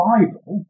Bible